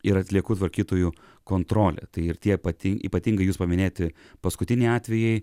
ir atliekų tvarkytojų kontrolę tai ir tie ypati ypatingai jūsų paminėti paskutiniai atvejai